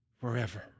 forever